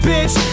Bitch